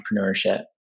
entrepreneurship